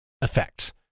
effects